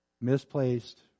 Misplaced